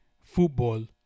football